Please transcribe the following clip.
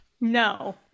No